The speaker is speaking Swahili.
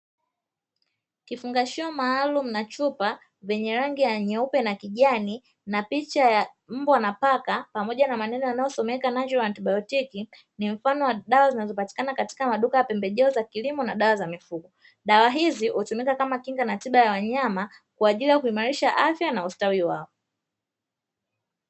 Kifungashio maalumu na chupa vyenye rangi ya nyeupe na kijani na picha ya mbwa na paka pamoja na maneneo yanayosomeka "NATURAL ANTIBIOTIC", ni mfano wa dawa zinazopatikana katika maduka ya pembejeo za kilimo na dawa za mifugo. Dawa hizi utumika kama kinga na tiba ya wanyama kwa ajili ya kuimarisha afya na ustawi wao.